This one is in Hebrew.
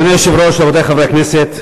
אדוני היושב-ראש, רבותי חברי הכנסת,